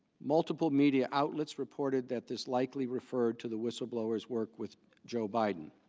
multiple media outlets reported that this likely referred to the whistleblowers work with joe biden.